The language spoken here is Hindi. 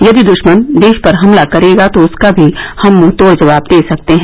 यदि द्श्मन देश पर हमला करेगा तो उसका मी हम मुंहतोड़ जवाब दे सकते हैं